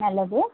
நல்லது